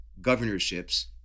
governorships